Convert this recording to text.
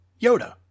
Yoda